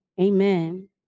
Amen